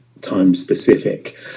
time-specific